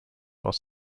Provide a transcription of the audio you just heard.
while